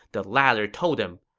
the latter told him,